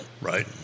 right